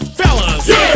fellas